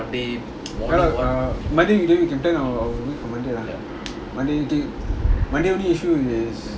monday you doing monday okay monday only issue is